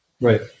Right